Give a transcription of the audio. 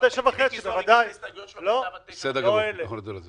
אנחנו לא דנים על זה